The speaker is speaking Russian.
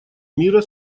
мира